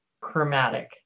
Chromatic